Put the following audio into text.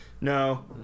No